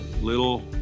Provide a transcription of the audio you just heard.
little